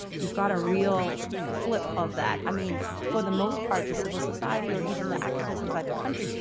you've got a real flip of that. i mean, for the most part, the civil society or even the activists inside the country,